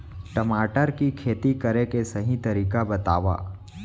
टमाटर की खेती करे के सही तरीका बतावा?